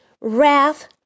wrath